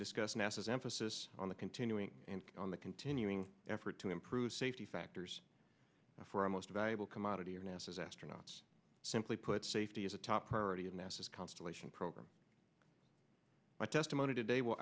discuss nasa's emphasis on the continuing on the continuing effort to improve safety factors for our most valuable commodity or nasa astronauts simply put safety is a top priority and this is constellation program my testimony today will